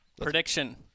Prediction